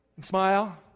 Smile